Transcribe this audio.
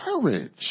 courage